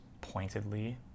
pointedly